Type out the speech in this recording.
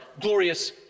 glorious